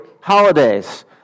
holidays